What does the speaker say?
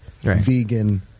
vegan